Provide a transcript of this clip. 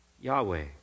Yahweh